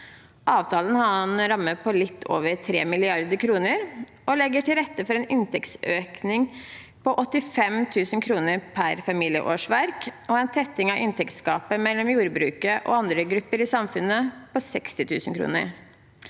har en ramme på litt over 3 mrd. kr og legger til rette for en inntektsøkning på 85 000 kr per familieårsverk og en tetting av inntektsgapet mellom jordbruket og andre grupper i samfunnet på 60 000 kr.